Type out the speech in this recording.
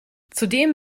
zudem